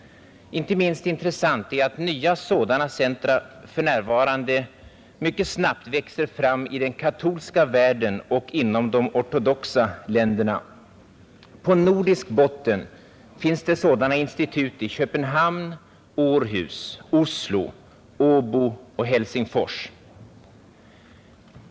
Inte minst intressant är att nya sådana centra för närvarande mycket snabbt växer fram i den katolska världen och inom de ortodoxa länderna. På nordisk botten finns det sådana institut i Köpenhamn, Århus, Oslo, Åbo och Helsingfors.